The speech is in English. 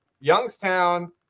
youngstown